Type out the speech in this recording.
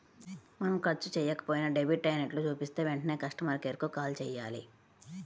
మనం ఖర్చు చెయ్యకపోయినా డెబిట్ అయినట్లు చూపిస్తే వెంటనే కస్టమర్ కేర్ కు కాల్ చేయాలి